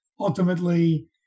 ultimately